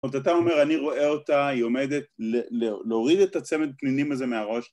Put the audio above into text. אז אתה אומר, אתה אומר אני רואה אותה, היא עומדת להוריד את הצמד פנינים הזה מהראש